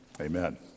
Amen